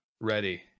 ready